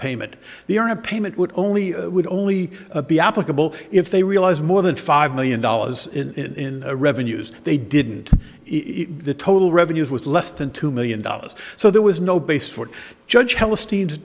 payment the on a payment would only would only be applicable if they realize more than five million dollars in revenues they didn't if the total revenues was less than two million dollars so there was no basis for judge hell esteemed